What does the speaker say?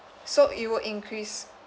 so it will increase